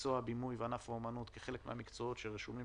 מקצוע הבימוי וענף האומנות כחלק מהמקצועות שרשומים